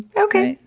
okay,